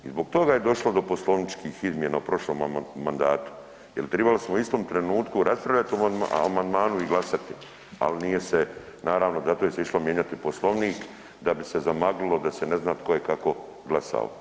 I zbog toga je došlo do poslovničkih izmjena u prošlom mandatu jer tribali smo u istom trenutku raspravljati o amandmanu i glasati, ali nije se naravno zato je se išlo mijenjati poslovnik da bi se zamaglilo da se ne zna tko je kako glasao.